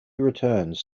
returns